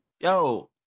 Yo